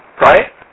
right